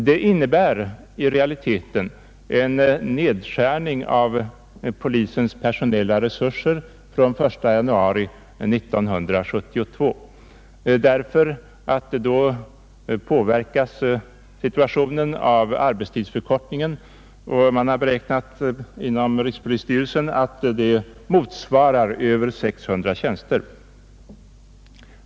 Det innebär i realiteten en nedskärning av polisens personella resurser från den 1 januari 1972, eftersom situationen då påverkas av arbetstidsförkortningen. Man har inom rikspolisstyrelsen beräknat att arbetstidsförkortningen motsvarar över 600 tjänster.